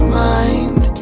mind